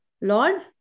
Lord